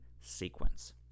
sequence